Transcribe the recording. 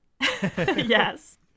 Yes